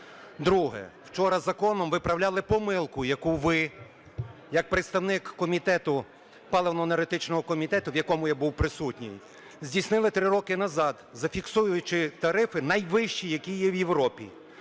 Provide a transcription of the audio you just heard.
Друге. Вчора законом виправляли помилку, яку ви як представник комітету, паливно-енергетичного комітету, в якому я був присутній, здійснили три роки назад, зафіксовуючи тарифи найвищі, які є в Європі.